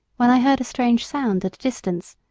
when i heard a strange sound at a distance,